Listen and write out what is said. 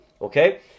okay